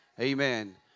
Amen